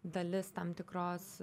dalis tam tikros